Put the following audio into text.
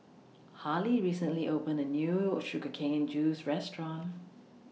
Harley recently opened A New Sugar Cane Juice Restaurant